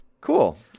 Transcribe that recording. Cool